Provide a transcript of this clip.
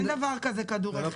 אין דבר כזה כדורי חרס.